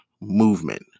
movement